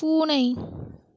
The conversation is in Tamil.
பூனை